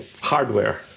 hardware